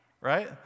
Right